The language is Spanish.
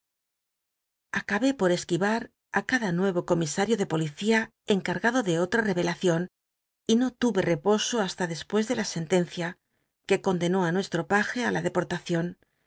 acabé po r esquivar i cada nuevo comisario de policía enca rgado de otra rcvelacion y no lurc i'cposo hasta despucs de la sentencia que condenó nuestro paje la deportacion